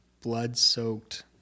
blood-soaked